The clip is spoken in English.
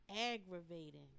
Aggravating